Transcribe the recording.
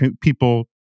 people